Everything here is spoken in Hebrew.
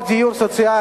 הצעת חוק דיור סוציאלי,